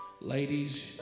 ladies